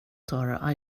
tar